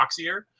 boxier